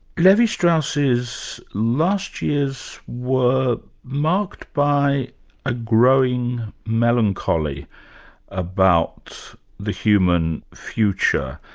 levi-strauss's last years were marked by a growing melancholy about the human future.